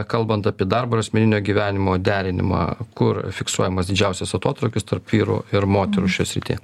kalbant apie darbo ir asmeninio gyvenimo derinimą kur fiksuojamas didžiausias atotrūkis tarp vyrų ir moterų šioje srityje